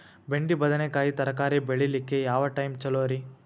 ಬೆಂಡಿ ಬದನೆಕಾಯಿ ತರಕಾರಿ ಬೇಳಿಲಿಕ್ಕೆ ಯಾವ ಟೈಮ್ ಚಲೋರಿ?